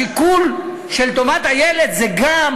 בשיקול של טובת הילד זה לא רק המצב הסוציו-אקונומי של האבא או של האימא.